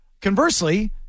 conversely